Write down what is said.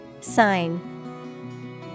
Sign